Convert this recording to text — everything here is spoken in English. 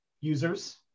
users